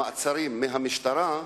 במעצרים של המשטרה.